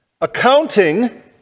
accounting